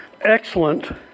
excellent